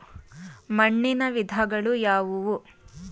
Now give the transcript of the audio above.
ಮಣ್ಣಿನ ವಿಧಗಳು ಯಾವುವು?